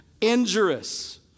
injurious